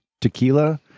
tequila